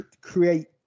create